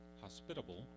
hospitable